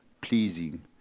pleasing